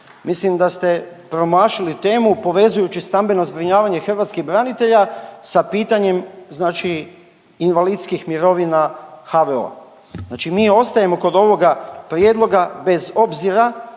Mislim da ste promašili temu povezujući stambeno zbrinjavanje hrvatskih branitelja sa pitanjem znači invalidskih mirovina HVO-a. Znači mi ostajemo kod ovoga prijedloga bez obzira